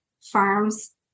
farms